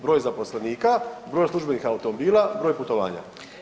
Broj zaposlenika, broj službenih automobila, broj putovanja.